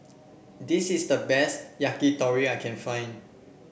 this is the best Yakitori I can find